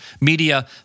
Media